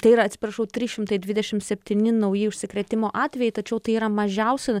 tai yra atsiprašau trys šimtai dvidešimt septyni nauji užsikrėtimo atvejai tačiau tai yra mažiausi